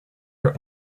her